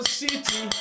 city